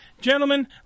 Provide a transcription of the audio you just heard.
Gentlemen